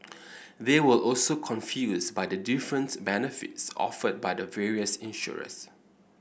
they were also confused by the difference benefits offered by the various insurers